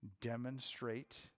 demonstrate